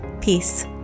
Peace